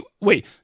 Wait